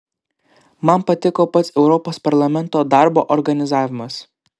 man patiko pats europos parlamento darbo organizavimas